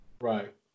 Right